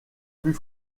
plus